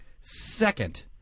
Second